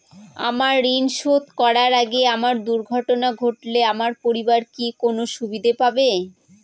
আমার ঋণ শোধ করার আগে আমার দুর্ঘটনা ঘটলে আমার পরিবার কি কোনো সুবিধে পাবে?